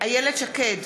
איילת שקד,